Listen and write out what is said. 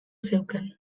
zeukan